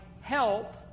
help